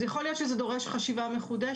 אז יכול להיות שזה דורש חשיבה מחודשת,